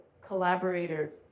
collaborator